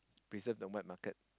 present the wet market